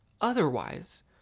otherwise